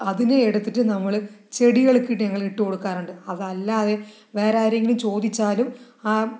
അതിനെ എടുത്തിട്ട് നമ്മള് ചെടികൾക്ക് ഇട്ട് ഞങ്ങള് ഇട്ടു കൊടുക്കാറുണ്ട് അതല്ലാതെ വേറാരെങ്കിലും ചോദിച്ചാലും ആ